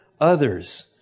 others